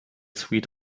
sweet